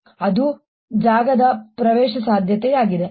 ಅದು ಜಾಗದ ಪ್ರವೇಶಸಾಧ್ಯತೆಯಾಗಿದೆ